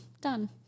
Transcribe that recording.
Done